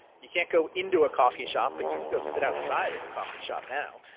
you can't go into a coffee shop, but you can go sit outside at a coffee shop now.